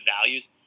values